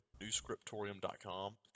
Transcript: newscriptorium.com